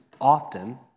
often